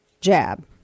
jab